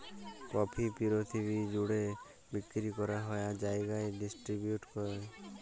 coffee পিরথিবি জ্যুড়ে বিক্কিরি ক্যরা হ্যয় আর জায়গায় ডিসটিরিবিউট হ্যয়